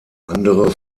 andere